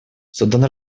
судан